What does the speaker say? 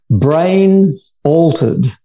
brain-altered